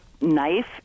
knife